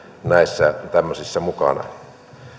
näissä tämmöisissä mukana